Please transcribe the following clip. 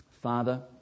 Father